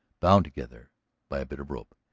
bound together by a bit of rope.